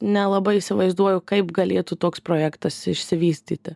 nelabai įsivaizduoju kaip galėtų toks projektas išsivystyti